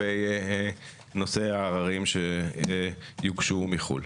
לגבי נושא העררים שיוגשו מחו"ל.